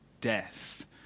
death